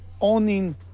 owning